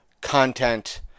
content